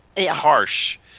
harsh